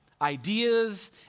ideas